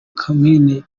komini